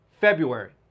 February